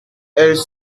elles